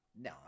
No